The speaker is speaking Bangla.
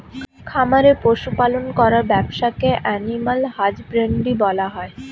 খামারে পশু পালন করার ব্যবসাকে অ্যানিমাল হাজবেন্ড্রী বলা হয়